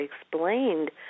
explained